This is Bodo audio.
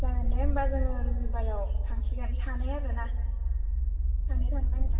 जागोन दे होमबा जोङो रबिबाराव थांसिगोन सानै आरो ना सानै थांनो नागिरदों ओं